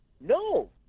No